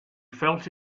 felt